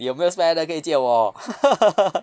有没有 spare 的可以借我